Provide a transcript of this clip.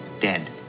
dead